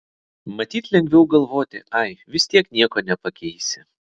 matyt lengviau galvoti ai vis tiek nieko nepakeisi